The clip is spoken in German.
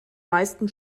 meisten